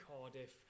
Cardiff